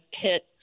hit